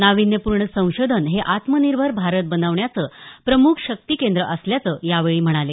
नाविन्यपूर्ण संशोधन हे आत्मनिर्भर भारत बनवण्याचे प्रमुख शक्तीकेंद्र असल्याचं ते यावेळी म्हणाले